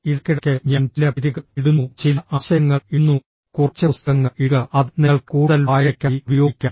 ഇടയ്ക്കിടയ്ക്ക് ഞാൻ ചില പേരുകൾ ഇടുന്നു ചില ആശയങ്ങൾ ഇടുന്നു കുറച്ച് പുസ്തകങ്ങൾ ഇടുക അത് നിങ്ങൾക്ക് കൂടുതൽ വായനയ്ക്കായി ഉപയോഗിക്കാം